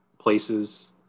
places